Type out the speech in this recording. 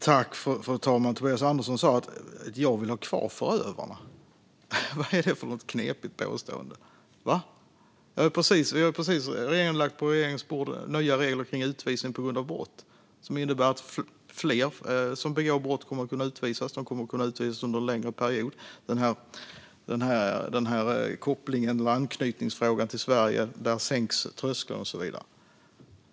Fru talman! Tobias Andersson sa att jag vill ha kvar förövarna. Vad är det för något knepigt påstående? Regeringen har precis lagt förslag till nya regler för utvisning på grund av brott på riksdagens bord. De innebär att fler som begår brott kommer att kunna utvisas och att de kommer att kunna utvisas under en längre period. När det gäller kopplingen och anknytningen till Sverige sänks tröskeln och så vidare.